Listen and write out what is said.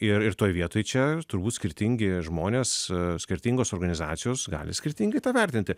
ir ir toj vietoj čia turbūt skirtingi žmonės skirtingos organizacijos gali skirtingai vertinti